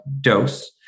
dose